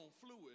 fluid